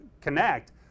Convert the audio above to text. connect